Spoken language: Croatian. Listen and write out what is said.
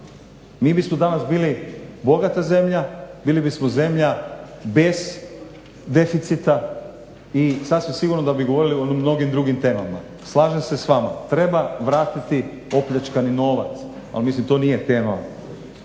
Mi bismo danas bili bogata zemlja, bili bismo zemlja bez deficita i sasvim sigurno da bi govorili o mnogim drugim temama. Slažem se s vama, treba vratiti opljačkani novac. Ali mislim to nije tema.